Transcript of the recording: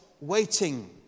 waiting